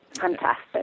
Fantastic